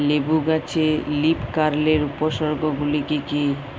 লেবু গাছে লীফকার্লের উপসর্গ গুলি কি কী?